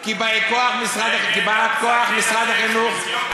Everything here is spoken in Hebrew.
כי בא-כוח משרד החינוך,